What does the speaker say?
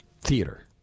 Theater